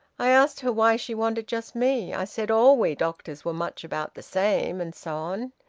i asked her why she wanted just me. i said all we doctors were much about the same, and so on.